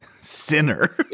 sinner